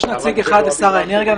יש נציג אחד לשר האנרגיה.